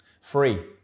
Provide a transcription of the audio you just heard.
Free